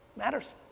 matters.